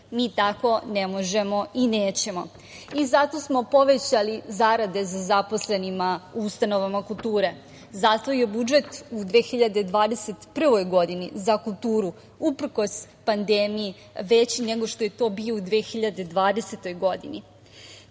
Mi tako ne možemo i nećemo. Zato smo povećali zarade za zaposlene u ustanovama kulture. Zato je budžet u 2021. godini za kulturu, uprkos pandemiji, veći nego što je to bio u 2020. godini.